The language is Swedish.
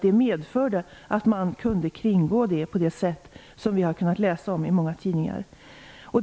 Det medförde att man kunde kringgå bestämmelserna på det sätt som vi har kunnat läsa om i många tidningar.